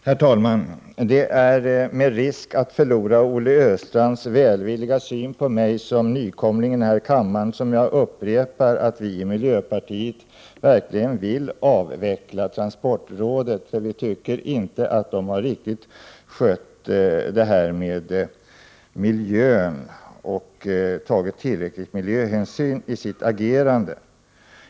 Herr talman! Det är med risk för att förlora Olle Östrands välvilliga syn på mig som jag upprepar att vi i miljöpartiet verkligen vill avveckla transportrådet. Vi tycker inte att det riktigt har skött miljön och tagit tillräckliga miljöhänsyn vid sitt agerande.